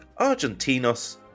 Argentinos